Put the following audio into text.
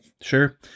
sure